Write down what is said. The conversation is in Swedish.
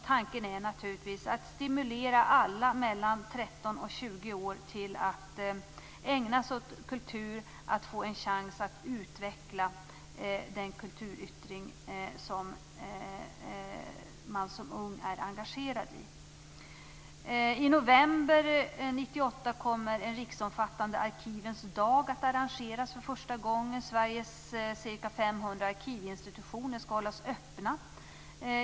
Tanken är naturligtvis att stimulera alla mellan 13 och 20 år att ägna sig åt kultur och få en chans att utveckla den kulturyttring som man som ung är engagerad i. I november 1998 kommer en riksomfattande Arkivens dag att arrangeras för första gången. Sveriges ca 500 arkivinstitutioner skall hållas öppna.